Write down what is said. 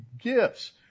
gifts